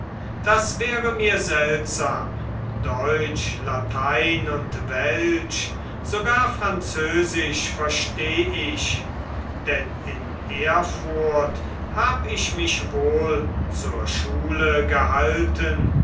das wäre mir seltsam deutsch latein und welsch sogar französisch versteh ich denn in erfurt hab ich mich wohl zur schule gehalten